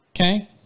okay